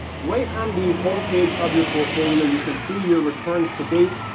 right on the homepage of your portfolio you can see your returns to date,